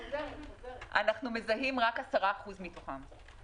אנחנו מזהים רק 10% מתוכם,